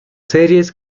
series